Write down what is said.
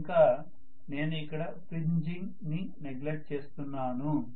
ఇంకా నేను ఇక్కడ ఫ్రిన్జింగ్ ని నెగ్లెక్ట్ చేస్తున్నాను